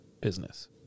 business